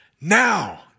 now